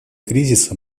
кризиса